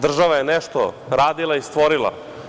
Država je nešto radila i stvorila.